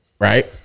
Right